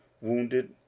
wounded